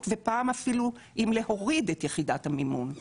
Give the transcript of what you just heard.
ופעם אפילו אם להוריד את יחידת המימון.